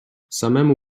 samemu